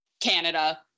Canada